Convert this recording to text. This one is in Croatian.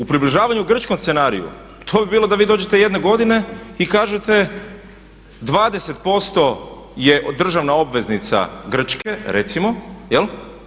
U približavanju grčkom scenariju to bi bilo da vi dođete jedne godine i kažete 20% je od državna obveznica Grčke recimo, jel?